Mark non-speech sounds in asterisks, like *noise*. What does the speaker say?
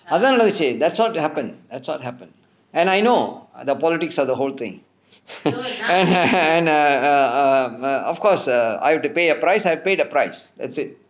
அதான் நடந்துச்சு:athaan nadanthuchu that's what happen that's what happen and I know the politics of the whole thing *laughs* and err and err err err of course err I have to pay a price I paid a price that's it